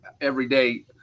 everyday